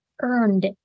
earned